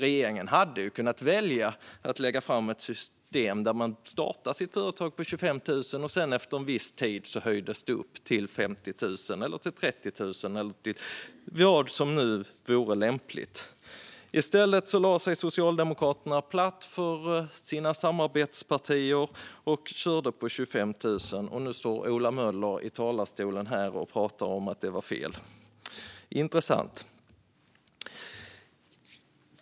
Regeringen hade kunnat välja att lägga fram ett system där man startar sitt företag med 25 000 men där det efter en viss tid höjs till 30 000, 50 000 eller vad som vore lämpligt. Men i stället lade sig Socialdemokraterna platt för sina samarbetspartier och körde på 25 000 - och nu står Ola Möller i talarstolen och säger att det var fel. Intressant.